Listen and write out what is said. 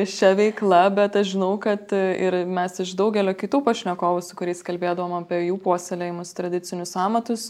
šia veikla bet aš žinau kad ir mes iš daugelio kitų pašnekovų su kuriais kalbėdavom apie jų puoselėjamus tradicinius amatus